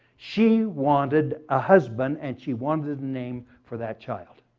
she wanted a husband and she wanted a name for that child.